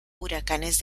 huracanes